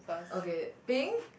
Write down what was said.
okay pink